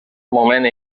moment